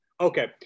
Okay